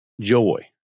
joy